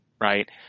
Right